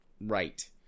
right